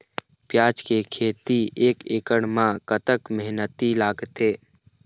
प्याज के खेती एक एकड़ म कतक मेहनती लागथे?